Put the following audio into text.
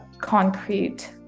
concrete